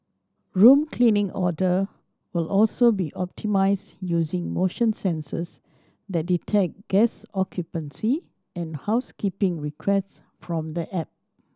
room cleaning order will also be optimised using motion sensors that detect guest occupancy and housekeeping requests from the app